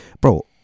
Bro